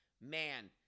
man